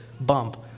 bump